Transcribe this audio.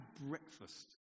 breakfast